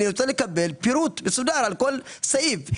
אני רוצה לקבל פירוט מסודר על כל סעיף.